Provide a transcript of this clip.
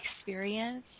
experience